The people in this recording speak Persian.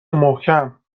محکم